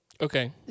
Okay